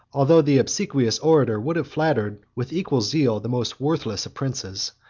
although the obsequious orator would have flattered, with equal zeal, the most worthless of princes,